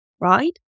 right